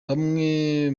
bamwe